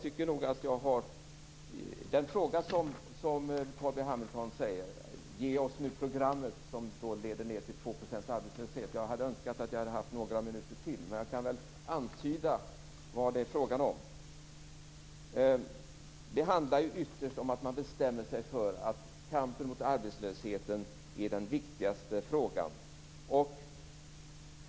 Carl B Hamilton sade: Ge oss nu programmet som leder ned till 2 % arbetslöshet. Jag hade önskat att jag hade haft några minuter till på mig. Men jag kan väl antyda vad det är fråga om. Det handlar ytterst om att man bestämmer sig för att kampen mot arbetslösheten är den viktigaste frågan.